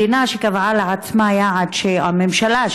הממשלה,